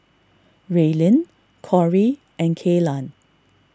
Raelynn Cori and Kaylan